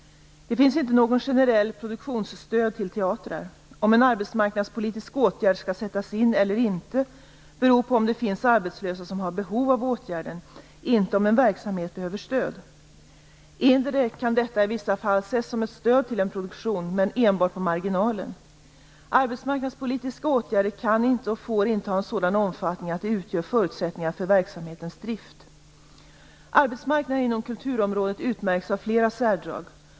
Det finns inte något generellt produktionsstöd till teatrar. Om en arbetsmarknadspolitisk åtgärd skall sättas in eller inte beror på om det finns arbetslösa som har behov av åtgärden, inte om en verksamhet behöver stöd. Indirekt kan detta i vissa fall ses som ett stöd till en produktion, men enbart på marginalen. Arbetsmarknadspolitiska åtgärder kan inte och får inte ha sådan omfattning att de utgör förutsättningar för verksamhetens drift. Arbetsmarknaden inom kulturområdet utmärks av flera särdrag.